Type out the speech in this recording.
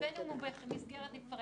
ובין אם הוא במסגרת נפרדת,